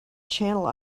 channel